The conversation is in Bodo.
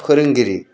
फोरोंगिरि